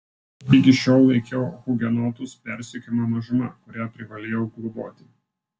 ligi šiol laikiau hugenotus persekiojama mažuma kurią privalėjau globoti